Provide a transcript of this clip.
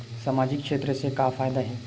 सामजिक क्षेत्र से का फ़ायदा हे?